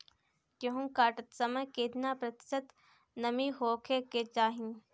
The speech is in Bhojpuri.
गेहूँ काटत समय केतना प्रतिशत नमी होखे के चाहीं?